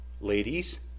Ladies